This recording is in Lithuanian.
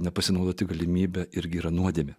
nepasinaudoti galimybe irgi yra nuodėmė